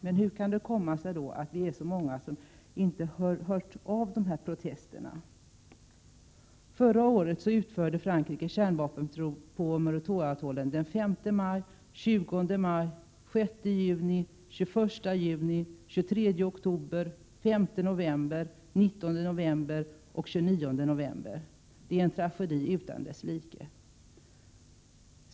Men hur kan det då komma sig att vi är så många som inte har hört av de protesterna? maj, 20 maj, 6 juni, 21 juni, 23 oktober, 5 november, 19 november och 29 november. Det är en tragedi utan dess like.